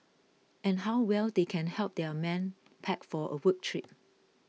and how well they can help their men pack for a work trip